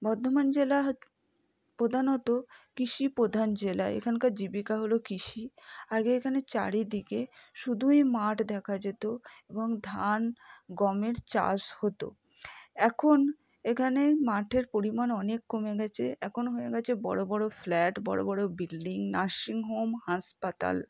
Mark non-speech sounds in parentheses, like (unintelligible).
বর্ধমান জেলা (unintelligible) প্রধানত কৃষিপ্রধান জেলা এখানকার জীবিকা হলো কৃষি আগে এখানে চারিদিকে শুধুই মাঠ দেখা যেত এবং ধান গমের চাষ হতো এখন এখানে মাঠের পরিমাণ অনেক কমে গেছে এখন হয়ে গেছে বড় বড় ফ্ল্যাট বড় বড় বিল্ডিং নার্সিং হোম হাসপাতাল